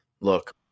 look